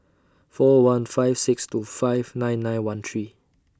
four one five six two five nine nine one three